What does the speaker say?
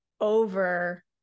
over